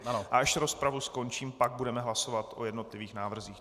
A až rozpravu skončím, pak budeme hlasovat o jednotlivých návrzích.